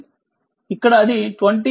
ఇక్కడ అది20 e 10tమిల్లివోల్ట్ అవుతుంది